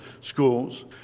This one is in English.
schools